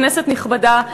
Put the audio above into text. כנסת נכבדה,